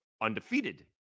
undefeated